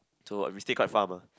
so we stayed quite far mah